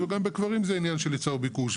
וגם בקברים זה עניין של היצע וביקוש,